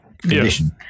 condition